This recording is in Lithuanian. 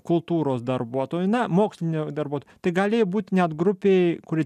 kultūros darbuotojų na mokslinių darbuotojų tai galėjo būti net grupei kuri